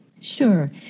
Sure